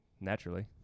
naturally